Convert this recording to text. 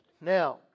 Now